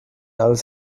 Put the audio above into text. alles